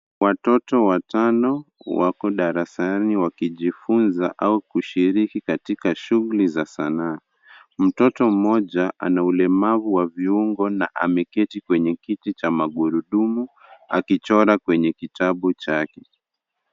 Watoto watano wako darasani wakijifunza au kushirika katika shughuli za sanaa. Mtoto mmoja ana ulemavu wa viungo na ameketi kwenye kiti cha magurudumu akichora kwenye kitabu chake.